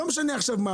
לא משנה עכשיו מה,